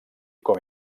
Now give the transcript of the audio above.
com